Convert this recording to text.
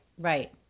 right